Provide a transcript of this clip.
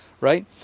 Right